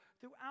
throughout